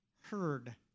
heard